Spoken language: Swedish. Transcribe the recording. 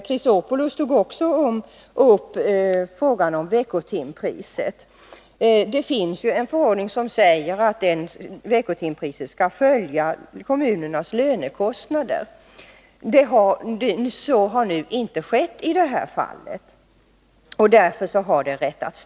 81 Också Alexander Chrisopoulos tog upp frågan om veckotimpriset. Det finns en förordning som säger att veckotimpriset skall följa kommunernas lönekostnader. Så har nu inte skett i det här fallet. Därför har man gjort en rättelse.